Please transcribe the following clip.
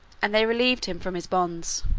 and they relieved him from his bonds.